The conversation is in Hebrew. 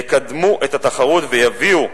יקדמו את התחרות ויביאו,